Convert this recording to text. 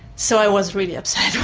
so i was really upset